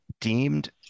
deemed